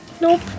Nope